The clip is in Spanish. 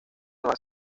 nueva